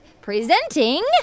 presenting